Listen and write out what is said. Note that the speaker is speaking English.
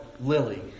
Lily